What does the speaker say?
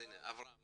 אברהם